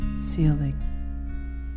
ceiling